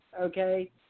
okay